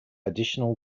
additional